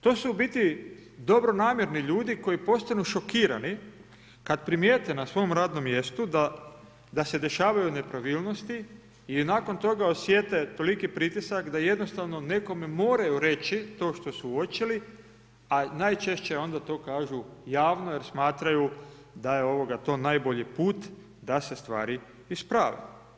To su u biti dobronamjerni ljudi koji postanu šokirani kad primijete na svom radnom mjestu da se dešavaju nepravilnosti i nakon toga osjete toliki pritisak da jednostavno nekome moraju reći to što su uočili a najčešće onda to kažu javno jer smatraju da je to najbolji put da se stvari isprave.